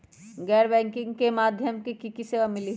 गैर बैंकिंग के माध्यम से की की सेवा मिली?